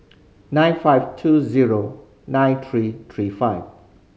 nine five two zero nine three three five